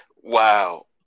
Wow